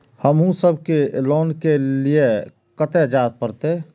हमू सब के लोन ले के लीऐ कते जा परतें?